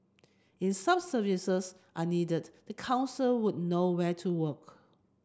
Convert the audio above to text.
if sub services are needed the council would know where to work